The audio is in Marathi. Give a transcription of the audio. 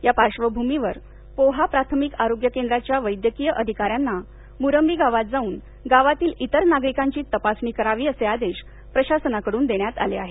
या पार्श्वभूमीवर पोहा प्राथमिक आरोग्य केंद्राच्या वैद्यकीय अधिकाऱ्यांना मुरंबी गावात जाऊन गावातील इतर नागरिकांची तपासणी करावी असे आदेश प्रशासनाकडून देण्यात आले आहेत